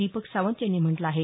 दिपक सावंत यांनी म्हटलं आहे